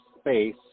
space